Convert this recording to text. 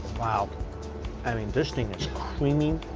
wow i mean this thing is creamy,